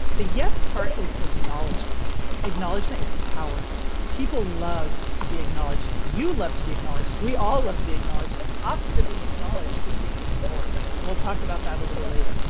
the yes part is acknowledgment acknowledgment is powerful. people love to be acknowledged. you love to be acknowledged. we all love to be acknowledged opposite of being acknowledged as being ignored, and we'll talk about that a little later.